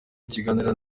ikiganiro